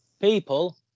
people